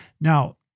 Now